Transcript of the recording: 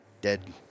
dead